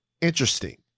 Interesting